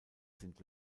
sind